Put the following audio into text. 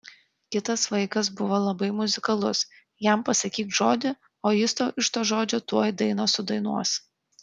kitas vaikas buvo labai muzikalus jam pasakyk žodį o jis tau iš to žodžio tuoj dainą sudainuos